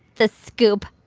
the scoop.